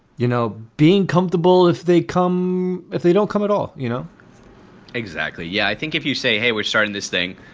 you know, being comfortable if they come if they don't come at all, you know exactly. yeah i think if you say, hey, we're starting this thing,